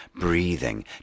breathing